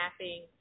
mapping